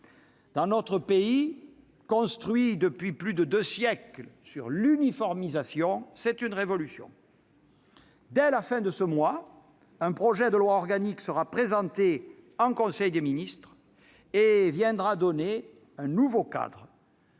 dans notre pays, construit depuis plus de deux siècles sur l'uniformisation, c'est une révolution ! Dès la fin de ce mois, un projet de loi organique sera présenté en conseil des ministres, qui donnera un nouveau cadre